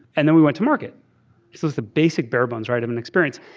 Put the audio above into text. and then we went to market. this was the basic bear bonds riding an experience.